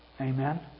Amen